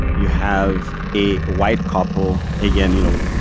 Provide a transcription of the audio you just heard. you have a white couple. again, you know,